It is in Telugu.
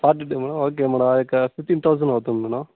forty two madam okay madam ఒక ఫిఫ్టీ థౌసండ్ అవుతుంది మేడమ్